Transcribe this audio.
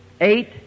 Eight